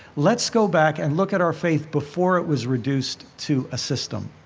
let's go back and look at our faith before it was reduced to a system,